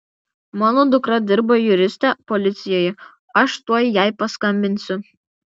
mano dukra dirba juriste policijoje aš tuoj jai paskambinsiu